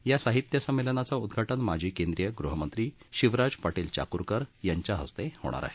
या साहित्य संमेलनाचं उद्घाटन माजी केंद्रीय ग़हमंत्री शिवराज पाटील चाकूरकर यांच्या हस्ते होणार आहे